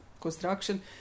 construction